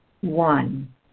One